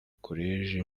koleji